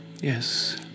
Yes